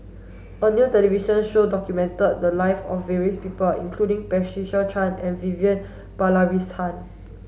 a new television show documented the lives of various people including Patricia Chan and Vivian Balakrishnan